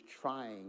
trying